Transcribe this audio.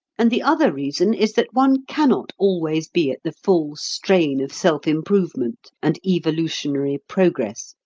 and the other reason is that one cannot always be at the full strain of self-improvement, and evolutionary progress,